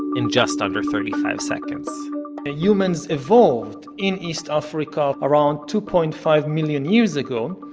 in just under thirty-five seconds humans evolved in east africa around two point five million years ago.